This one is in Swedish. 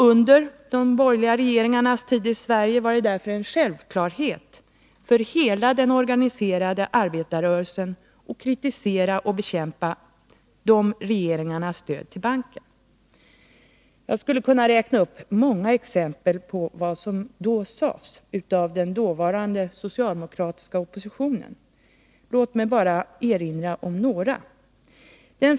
Under de borgerliga regeringarnas tid i Sverige var det därför en självklarhet för hela den organiserade arbetarrörelsen att kritisera och bekämpa dessa regeringars stöd till banken. Jag skulle kunna ge många exempel på vad som sades i den vägen av den dåvarande socialdemokratiska oppositionen. Låt mig bara erinra om några uttalanden.